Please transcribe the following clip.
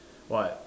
what